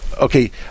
okay